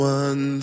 one